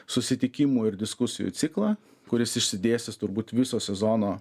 susitikimų ir diskusijų ciklą kuris išsidėstys turbūt viso sezono